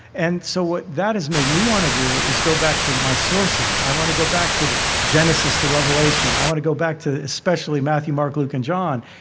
and so what that has made me want to do is go back to my sources. i want to go back to genesis, to revelation. i want to go back to especially matthew, mark, luke and john.